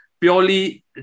purely